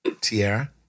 Tiara